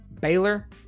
Baylor